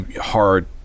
hard